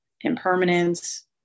impermanence